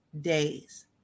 days